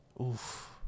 Oof